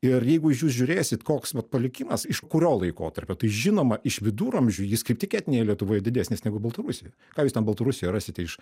ir jeigu jūs žiūrėsit koks vat palikimas iš kurio laikotarpio tai žinoma iš viduramžių jis kaip tik etninėj lietuvoj didesnis negu baltarusijoj ką jūs ten baltarusijoj rasite iš